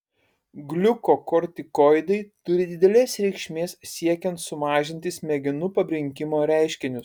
gliukokortikoidai turi didelės reikšmės siekiant sumažinti smegenų pabrinkimo reiškinius